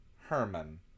Herman